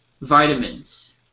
vitamins